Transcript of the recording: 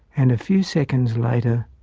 and a few seconds later,